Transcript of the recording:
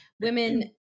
women